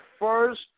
first